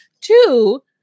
Two